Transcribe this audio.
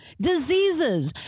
diseases